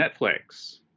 Netflix